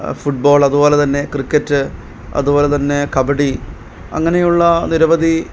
football അതുപോലെ തന്നെ cricket അതുപോലെ തന്നെ കബഡി അങ്ങനെയുള്ള നിരവധി